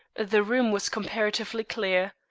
the room was comparatively clear.